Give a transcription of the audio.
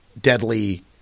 deadly